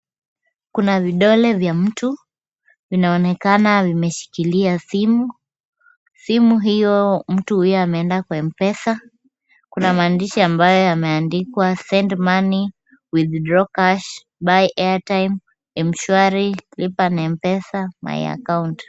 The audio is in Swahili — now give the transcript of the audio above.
Kuna vidole vya mtu vinaonekana vimeshikilia simu. Simu hiyo mtu huyo ameenda kwa M-Pesa. Kuna maandishi ambayo yameandikwa send money, withdraw cash, buy airtime, M-Shwari, lipa na M-Pesa, my account .